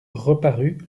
reparut